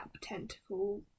tentacle